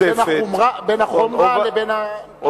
בין החומרה ובין, משותפת פנים כלכלה.